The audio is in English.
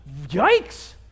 yikes